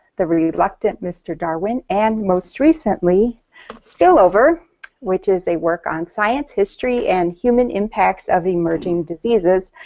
the reluctant mr. darwin, and most recently spillover which is a work on science history and human impacts of emerging diseases,